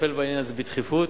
נטפל בעניין הזה בדחיפות.